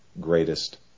greatest